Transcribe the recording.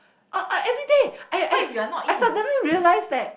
oh oh everyday I I suddenly realise that